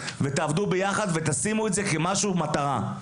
תעבדו ביחד ותשימו את זה כמטרה.